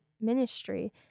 ministry